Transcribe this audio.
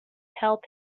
help